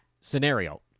scenario